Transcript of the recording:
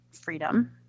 freedom